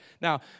now